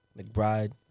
McBride